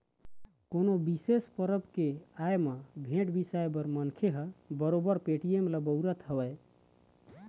कोनो बिसेस परब के आय म भेंट, भेंट बिसाए बर मनखे ह बरोबर पेटीएम ल बउरत हवय